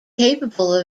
capable